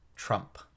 Trump